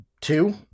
two